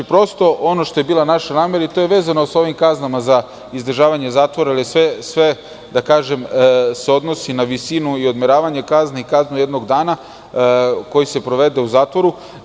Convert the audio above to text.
Ono što je bila naša namera, a to je vezano za ove kazne za izdržavanje zatvora, jer se sve odnosi na visinu i odmeravanje kazni, kazna od jednog dana koji se provede u zatvoru.